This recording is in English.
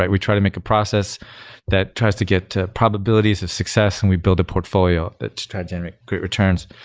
but we try to make a process that tries to get to probabilities of success and we build a portfolio that try to generate great returns.